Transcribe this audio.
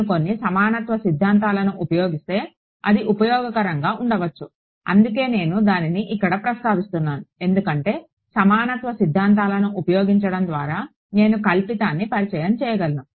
నేను కొన్ని సమానత్వ సిద్ధాంతాలను ఉపయోగిస్తే అది ఉపయోగకరంగా ఉండవచ్చు అందుకే నేను దానిని ఇక్కడ ప్రస్తావిస్తున్నాను ఎందుకంటే సమానత్వ సిద్ధాంతాలను ఉపయోగించడం ద్వారా నేను కల్పితాన్ని పరిచయం చేయగలను